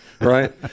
right